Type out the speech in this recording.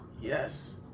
yes